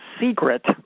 secret